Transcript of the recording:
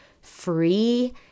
free